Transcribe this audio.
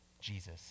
Jesus